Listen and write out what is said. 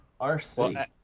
RC